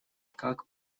как